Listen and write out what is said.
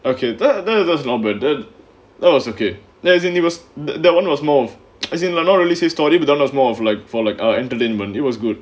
okay that that that was okay there's a universe that one was more of as in not really say story with honors more of like for like our entertainment it was good